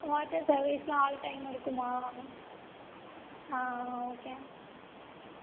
water சர்வீஸ்லாம் all டைமும் இருக்குமா ஓகே